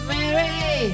Mary